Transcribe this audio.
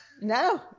No